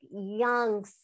young